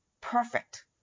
perfect